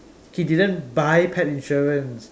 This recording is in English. he didn't buy pet insurance